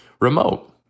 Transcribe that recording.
remote